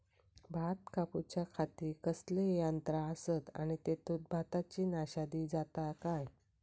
भात कापूच्या खाती कसले यांत्रा आसत आणि तेतुत भाताची नाशादी जाता काय?